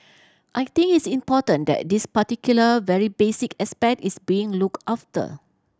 I think it's important that this particular very basic aspect is being looked after